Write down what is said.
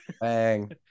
Bang